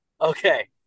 Okay